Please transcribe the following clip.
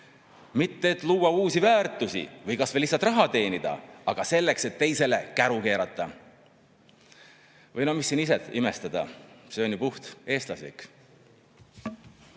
Mitte et luua uusi väärtusi või kas või lihtsalt raha teenida, vaid selleks, et teisele käru keerata. Või no mis siin imestada, see on ju puhteestlaslik.